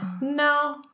No